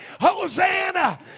Hosanna